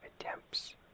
attempts